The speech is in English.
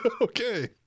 Okay